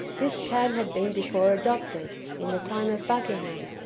this plan had been before adopted, in the time of buckingham,